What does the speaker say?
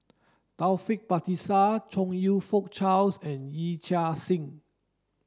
Taufik Batisah Chong You Fook Charles and Yee Chia Hsing